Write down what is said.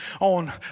on